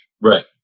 Right